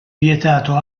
vietato